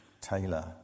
Taylor